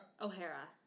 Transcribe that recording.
O'Hara